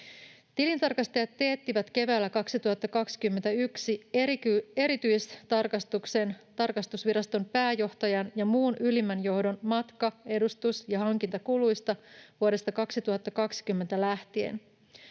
Tilintarkastajat teettivät keväällä 2021 erityistarkastuksen tarkastusviraston pääjohtajan ja muun ylimmän johdon matka‑, edustus‑ ja hankintakuluista vuodesta 2020 lähtien.